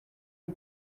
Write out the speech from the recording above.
les